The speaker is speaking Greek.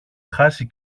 χάσει